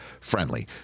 friendly